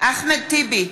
אחמד טיבי,